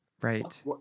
right